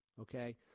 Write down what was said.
Okay